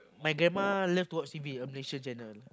mine grandma loves to watch T_V uh Malaysian channel